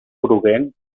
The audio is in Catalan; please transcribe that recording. groguenc